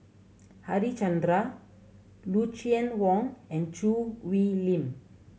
Harichandra Lucien Wang and Choo Hwee Lim